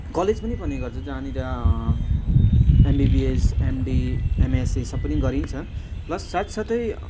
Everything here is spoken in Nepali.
कलेज पनि पढ्ने गर्छ जहाँनिर एमबिबिएस एमडी एमएससी सब पनि गरिन्छ प्लस साथसाथै